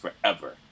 forever